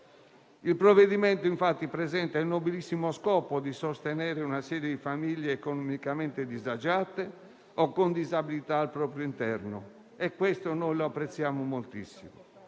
Il provvedimento, infatti, presenta il nobilissimo scopo di sostenere una serie di famiglie economicamente disagiate o con disabilità al proprio interno e questo noi lo apprezziamo moltissimo.